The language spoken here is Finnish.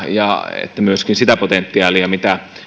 ja että myöskin sitä potentiaalia mitä